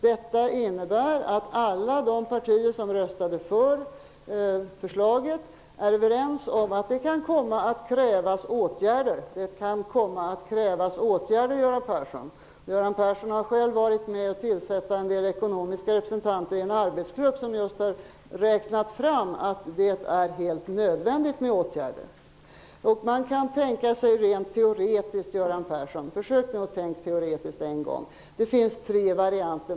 Detta innebär att alla partier som röstade för förslaget är överens om att det kan komma att krävas åtgärder. Göran Persson har själv varit med om att tillsätta en del ekonomiska representanter i en arbetsgrupp som just har räknat fram att det är helt nödvändigt med åtgärder. Rent teoretiskt kan man tänka sig -- försök nu att en enda gång tänka teoretiskt, Göran Persson -- att det finns tre varianter.